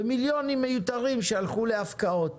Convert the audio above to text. ומיליונים מיותרים שהלכו להפקעות.